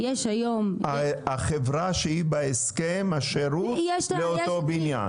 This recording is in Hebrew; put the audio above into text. החברה שהיא בהסכם השירות לאותו בניין?